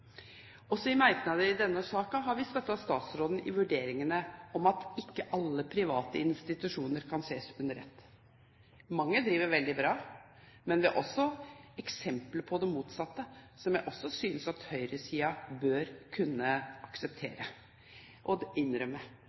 I merknadene til denne saken har vi også støttet statsråden i vurderingene om at ikke alle private institusjoner kan ses under ett. Mange driver veldig bra, men vi har også eksempler på det motsatte, som jeg også synes at høyresida bør kunne akseptere og innrømme.